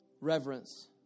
reverence